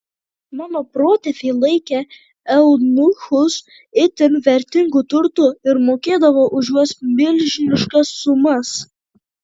mano protėviai laikė eunuchus itin vertingu turtu ir mokėdavo už juos milžiniškas sumas